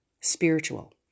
spiritual